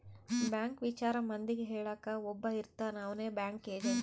bank ವಿಚಾರ ಮಂದಿಗೆ ಹೇಳಕ್ ಒಬ್ಬ ಇರ್ತಾನ ಅವ್ನೆ ಬ್ಯಾಂಕ್ ಏಜೆಂಟ್